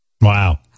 wow